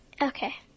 Okay